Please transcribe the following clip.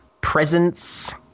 presence